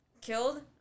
killed